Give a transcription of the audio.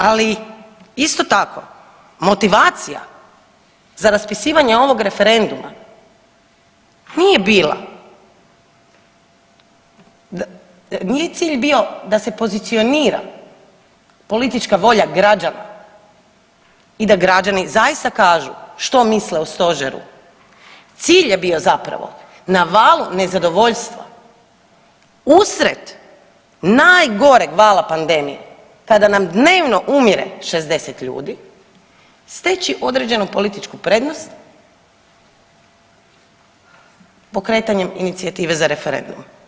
Ali isto tako motivacija za raspisivanje ovog referenduma nije bila, nije cilj bi da se pozicionira politička volja građana i da građani zaista kažu što misle o stožeru, cilj je bio zapravo na valu nezadovoljstva usred najgoreg vala pandemije kada nam dnevno umire 60 ljudi steći određenu političku prednost pokretanjem inicijative za referendum.